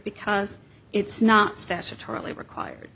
because it's not statutorily required